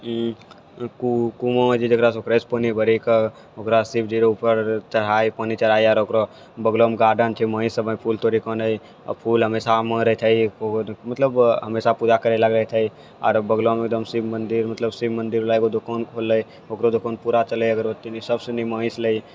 कुओं छै जेकरासँ फ्रेश पानि भरिके ओकरासँ शिवजीके ऊपर चढ़ाय है पानि चढ़ाइ है ओकरो बगलोमे गार्डन छै वहीसँ अपन फूल तोरिके आनै फूल हमेशा मतलब हमेशा पूजा करै आर बगलोमे एकदम शिव मन्दिर मतलब शिव मन्दिरवला एगो दोकान खुललै हँ ओकरा दोकान पूरा चलै हँ अगरबत्ती सब सुनी वहीसँ लै है